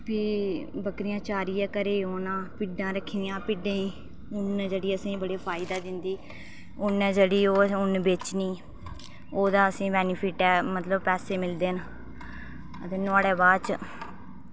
फ्ही बकरियां चारियै घर औना भिड्डां रक्खी दियां भिड्डें ई ऊन्न जेह्ड़ी असेंई बड़े फायदा दिन्दी ऊन्न ऐ जेह्ड़ी ओह् असें ऊन्न बेचनी ओह्दा असें बेनिफिट ऐ मतलब पैसे मिलदे न ते नुआढ़े बाद'च